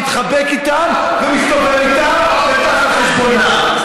מתחבק איתם ומסתובב איתם וטס על חשבונם,